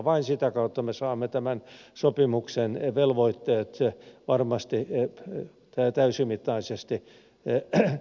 vain sitä kautta me saamme tämän sopimuksen velvoitteet varmasti täysimittaisesti voimaan